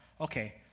Okay